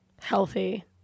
healthy